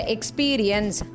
Experience